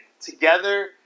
together